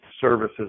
services